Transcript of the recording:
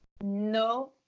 no